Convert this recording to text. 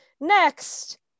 Next